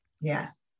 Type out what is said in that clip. Yes